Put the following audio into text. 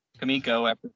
kamiko